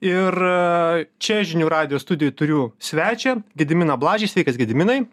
ir čia žinių radijo studijoj turiu svečią gediminą blažį sveikas gediminai